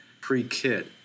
pre-kit